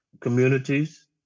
communities